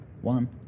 one